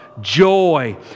joy